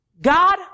God